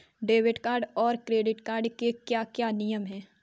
Debit card और credit card के क्या क्या नियम हैं?